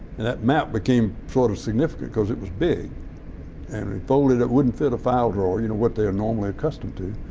and that map became sort of significant because it was big and folded it wouldn't fit in a file drawer, you know, what they're normally accustomed to,